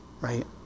Right